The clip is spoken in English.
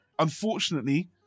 Unfortunately